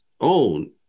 own